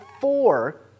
four